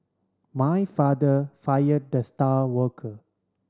my father fire the star worker